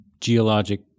geologic